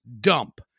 dump